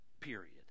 period